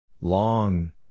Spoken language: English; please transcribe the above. Long